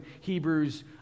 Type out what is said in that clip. Hebrews